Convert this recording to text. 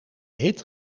hit